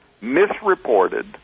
misreported